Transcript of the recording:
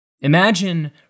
Imagine